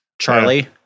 Charlie